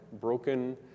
broken